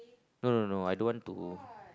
no no no I don't want to